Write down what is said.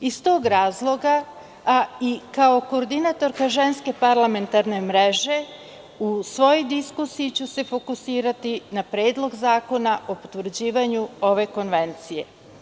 Iz tog razloga, a i kao koordinatorka Ženske parlamentarne mreže, u svojoj diskusiji ću se fokusirati na Predlog zakona o potvrđivanju ove konvencije.